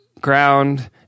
ground